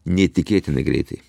neįtikėtinai greitai